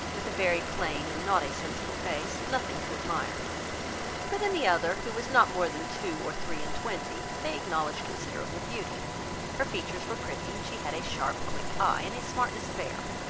with a very plain and not a sensible face, nothing to admire but in the other, who was not more than two or three and twenty, they acknowledged considerable beauty her features were pretty, and she had a sharp quick eye, and a smartness of air,